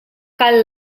kal